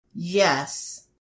Yes